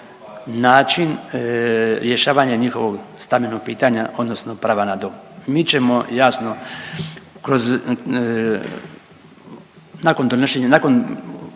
način rješavanje njihovog stambenog pitanja, odnosno prava na dom. Mi ćemo jasno kroz, nakon donošenja, nakon